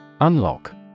Unlock